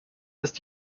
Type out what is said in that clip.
ist